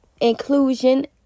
inclusion